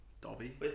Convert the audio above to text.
Dobby